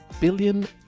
billion